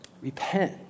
repent